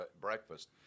breakfast